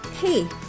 Hey